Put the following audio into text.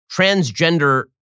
transgender